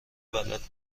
بلد